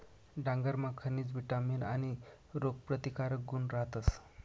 डांगरमा खनिज, विटामीन आणि रोगप्रतिकारक गुण रहातस